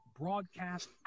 broadcast